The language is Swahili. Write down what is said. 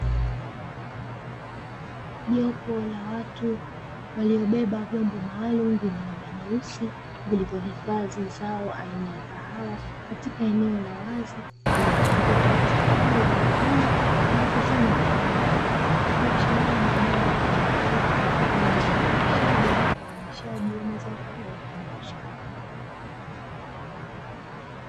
Jopo la watu waliobeba vyombo maalumu vyenye rangi nyeusi vilivyohifadhi zao aina ya kahawa katika eneo la wazi, lililozungukwa na zao hilo lililovunwa na kukusanywa kwa pamoja, ikiashiria ni eneo litumikalo kwa ajili ya uzalishaji na utayarishaji wa mazao haya ya kibiashara.